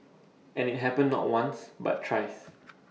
and IT happened not once but thrice